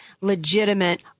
legitimate